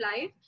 life